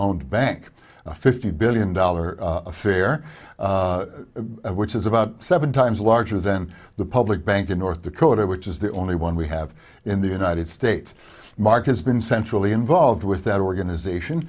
owned bank a fifty billion dollars affair which is about seven times larger than the public bank in north dakota which is the only one we have in the united states marc has been centrally involved with that organization